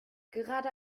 gerade